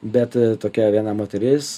bet tokia viena moteris